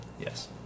Yes